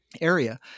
area